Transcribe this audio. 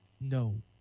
no